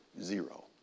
Zero